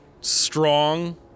strong